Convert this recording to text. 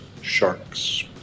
sharks